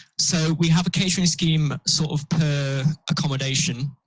so, we have catering scheme sort of per accommodation,